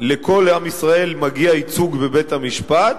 לכל עם ישראל מגיע ייצוג בבית-המשפט,